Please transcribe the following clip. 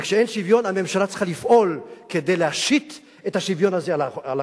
וכשאין שוויון הממשלה צריכה לפעול כדי להשית את השוויון הזה על החברה.